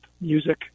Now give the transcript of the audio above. music